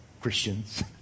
Christians